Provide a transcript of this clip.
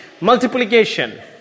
Multiplication